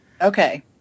Okay